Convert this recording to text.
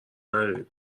نداریم